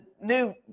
new